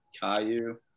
Caillou